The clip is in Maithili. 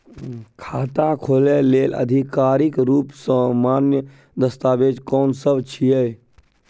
खाता खोले लेल आधिकारिक रूप स मान्य दस्तावेज कोन सब छिए?